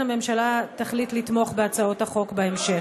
הממשלה תחליט לתמוך בהצעות החוק בהמשך.